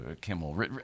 Kimmel